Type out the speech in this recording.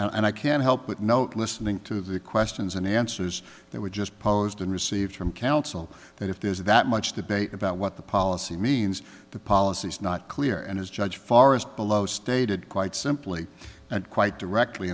are and i can't help but note listening to the questions and answers they were just posed and received from counsel that if there's that much debate about what the policy means the policy is not clear and is judge forrest below stated quite simply and quite directly